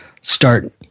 start